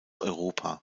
europa